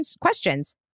Questions